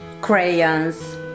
crayons